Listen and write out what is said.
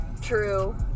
true